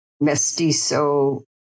mestizo